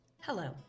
Hello